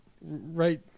right